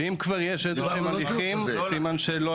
שאם כבר יש איזשהם הליכים סימן שלא